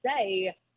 say